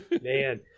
man